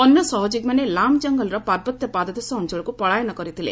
ଅନ୍ୟ ସହଯୋଗୀମାନେ ଲାମ୍ କଙ୍ଗଲର ପାର୍ବତ୍ୟ ପାଦଦେଶ ଅଞ୍ଚଳକୁ ପଳାୟନ କରିଥିଲେ